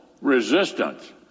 resistance